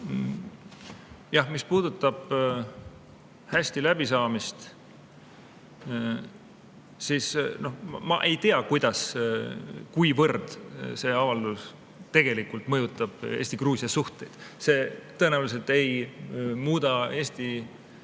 Mis puudutab hästi läbi saamist, siis noh, ma ei tea, kuivõrd see avaldus tegelikult mõjutab Eesti-Gruusia suhteid. See tõenäoliselt ei muuda Eesti